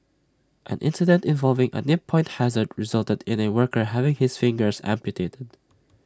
an incident involving A nip point hazard resulted in A worker having his fingers amputated